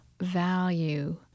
value